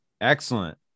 excellent